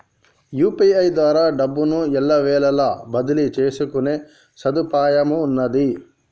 UPI ద్వారా డబ్బును ఎల్లవేళలా బదిలీ చేసుకునే సదుపాయమున్నాది